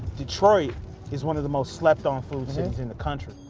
detroit is one of the most slept-on food cities in the country.